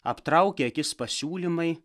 aptraukė akis pasiūlymai